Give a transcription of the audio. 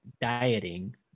dieting